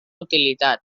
utilitat